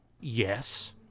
Yes